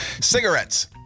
Cigarettes